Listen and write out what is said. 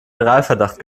generalverdacht